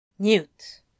Newt